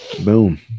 Boom